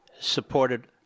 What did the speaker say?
supported